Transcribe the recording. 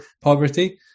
poverty